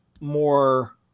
more